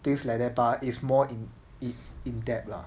things like that but it's more in it's in depth lah